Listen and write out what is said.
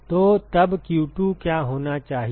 तो तब q2 क्या होना चाहिए